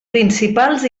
principals